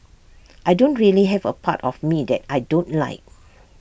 I don't really have A part of me that I don't like